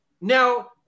Now